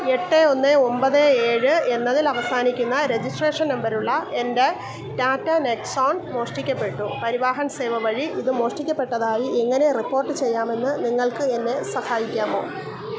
എട്ട് ഒന്ന് ഒൻപത് ഏഴ് എന്നതിൽ അവസാനിക്കുന്ന രെജിസ്ട്രേഷൻ നമ്പറുള്ള എൻ്റെ ടാറ്റ നെക്സോൺ മോഷ്ടിക്കപ്പെട്ടു പരിവാഹൻ സേവ വഴി ഇത് മോഷ്ടിക്കപ്പെട്ടതായി എങ്ങനെ റിപ്പോർട്ട് ചെയ്യാമെന്ന് നിങ്ങൾക്ക് എന്നെ സയിക്കാമോ